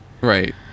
Right